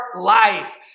life